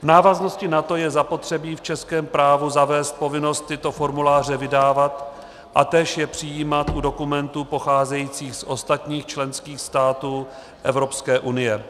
V návaznosti na to je zapotřebí v českém právu zavést povinnost tyto formuláře vydávat a též je přijímat u dokumentů pocházejících z ostatních členských států Evropské unie.